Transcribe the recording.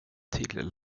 till